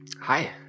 Hi